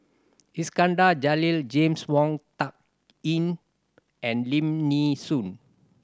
Iskandar Jalil James Wong Tuck Yim and Lim Nee Soon